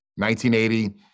1980